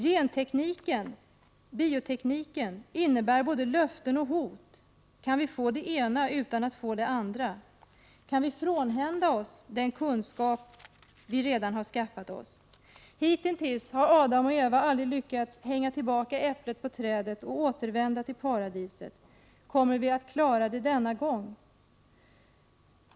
Genteknik och bioteknik medför både löften och hot. Kan vi få det ena utan att få det andra? Kan vi frånhända oss den kunskap vi redan har skaffat oss? Hitintills har Adam och Eva aldrig lyckats hänga tillbaka äpplet på trädet och återvända till paradiset. Kommer vi att klara det denna gång?